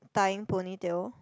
tying ponytail